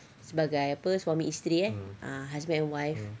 sebagai apa suami isteri eh husband and wife